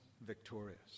victorious